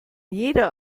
jeder